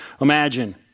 imagine